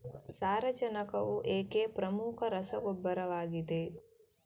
ಸಾರಜನಕವು ಏಕೆ ಪ್ರಮುಖ ರಸಗೊಬ್ಬರವಾಗಿದೆ?